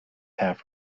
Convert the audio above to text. half